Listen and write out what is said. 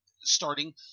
starting –